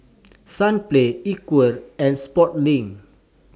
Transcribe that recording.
Sunplay Equal and Sportslink